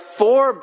four